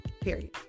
Period